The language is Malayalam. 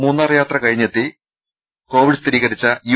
മൂന്നാർ യാത്ര കഴിഞ്ഞെത്തി കോവിഡ് സ്ഥിരീകരിച്ചുയു